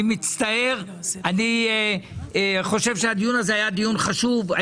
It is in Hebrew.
אני חושב שהדיון הזה היה דיון חשוב.